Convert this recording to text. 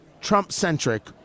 Trump-centric